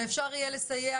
ואפשר יהיה לסייע